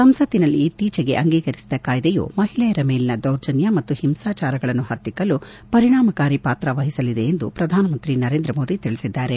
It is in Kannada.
ಸಂಸತ್ತಿನಲ್ಲಿ ಇತ್ತೀಚೆಗೆ ಅಂಗೀಕರಿಸಿದ ಕಾಯ್ದೆಯು ಮಹಿಳೆಯರ ಮೇಲಿನ ದೌರ್ಜನ್ಹ ಮತ್ತು ಹಿಂಸಾಚಾರಗಳನ್ನು ಹತ್ತಿಕ್ಕಲು ಪರಿಣಾಮಕಾರಿ ಪಾತ್ರ ವಹಿಸಲಿದೆ ಎಂದು ಪ್ರಧಾನ ಮಂತ್ರಿ ನರೇಂದ್ರ ಮೋದಿ ತಿಳಿಸಿದ್ದಾರೆ